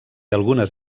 algunes